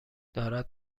دارد